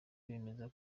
bemeza